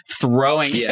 throwing